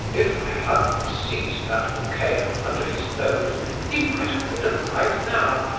if i hadn't seized that bouquet from under his nose he might have been alive now,